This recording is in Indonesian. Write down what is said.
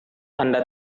anda